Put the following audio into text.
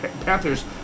Panthers